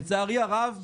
באמצע ניתן בג"ץ